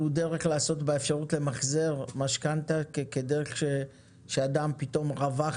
דרך לעשות באפשרות למחזר משכנתא כדרך שאדם פתאום רווח